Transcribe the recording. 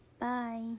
Bye